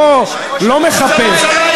לא מחפש.